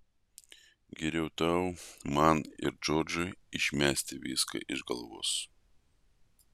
geriau tau man ir džordžui išmesti viską iš galvos